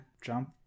jump